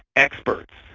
experts.